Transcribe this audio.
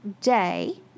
day